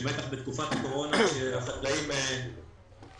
בטח בתקופת הקורונה שבה החקלאים עומדים